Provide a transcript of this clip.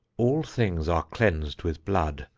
all things are cleansed with blood,